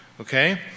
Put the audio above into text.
Okay